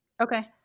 Okay